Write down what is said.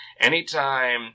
anytime